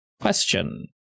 Question